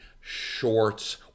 shorts